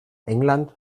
england